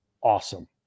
awesome